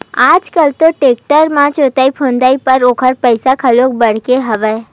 आज कल तो टेक्टर म जोतई फंदई बर ओखर पइसा घलो बाड़गे हवय